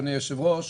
אדוני היושב-ראש,